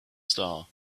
star